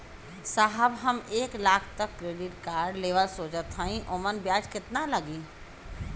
साहब हम एक लाख तक क क्रेडिट कार्ड लेवल सोचत हई ओमन ब्याज कितना लागि?